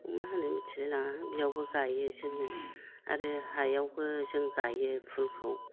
मा होनो मिथिलायलाङा बियावबो गायो जोङो आरो हायावबो जों गायो फुलखौ